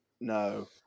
No